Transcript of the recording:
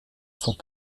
sont